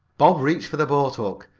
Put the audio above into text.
bob reached for the boathook,